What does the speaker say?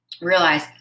realize